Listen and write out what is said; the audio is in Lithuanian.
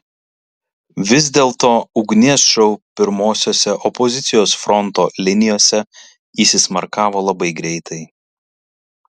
vis dėlto ugnies šou pirmosiose opozicijos fronto linijose įsismarkavo labai greitai